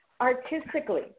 artistically